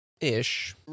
ish